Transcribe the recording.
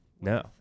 No